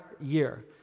year